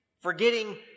forgetting